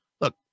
Look